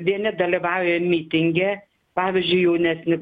vieni dalyvauja mitinge pavyzdžiui jaunesni